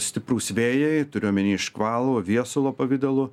stiprūs vėjai turiu omeny škvalo viesulo pavidalu